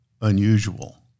unusual